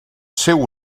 seu